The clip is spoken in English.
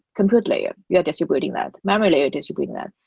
compute layer, you're distributing that, memory layer distributing that.